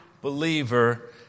believer